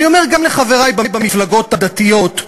אני גם אומר לחברי במפלגות הדתיות,